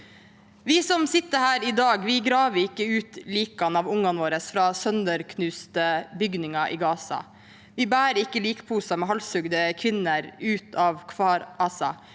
Vi som sitter her i dag, vi graver ikke ut likene av ungene våre fra sønderknuste bygninger i Gaza. Vi bærer ikke likposer med halshugde kvinner ut av Kfar Aza.